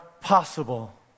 possible